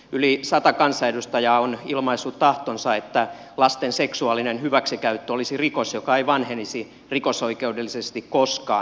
yli sata kansanedustajaa on ilmaissut tahtonsa että lasten seksuaalinen hyväksikäyttö olisi rikos joka ei vanhenisi rikosoikeudellisesti koskaan